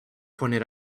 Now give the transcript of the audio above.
pointed